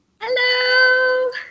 Hello